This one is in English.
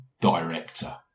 director